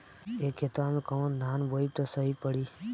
ए खेतवा मे कवन धान बोइब त सही पड़ी?